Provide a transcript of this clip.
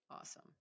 Awesome